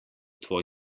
tvoj